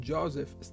Joseph